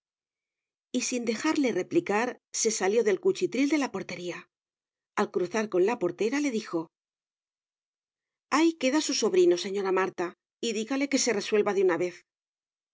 y sin dejarle replicar se salió del cuchitril de la portería al cruzar con la portera le dijo ahí queda su sobrino señora marta y dígale que se resuelva de una vez y